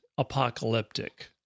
apocalyptic